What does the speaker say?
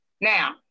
Now